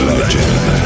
Legend